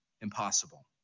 impossible